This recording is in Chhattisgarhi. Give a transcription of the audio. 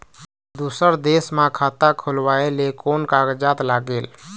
दूसर देश मा खाता खोलवाए ले कोन कागजात लागेल?